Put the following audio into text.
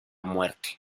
muerte